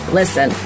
listen